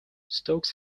stokes